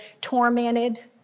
tormented